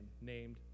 named